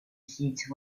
site